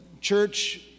church